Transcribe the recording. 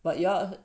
but ya